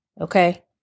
Okay